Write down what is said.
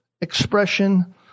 expression